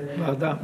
ועדה.